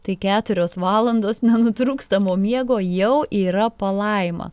tai keturios valandos nenutrūkstamo miego jau yra palaima